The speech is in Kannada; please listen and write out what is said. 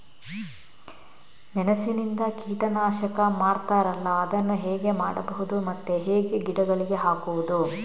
ಮೆಣಸಿನಿಂದ ಕೀಟನಾಶಕ ಮಾಡ್ತಾರಲ್ಲ, ಅದನ್ನು ಹೇಗೆ ಮಾಡಬಹುದು ಮತ್ತೆ ಹೇಗೆ ಗಿಡಗಳಿಗೆ ಹಾಕುವುದು?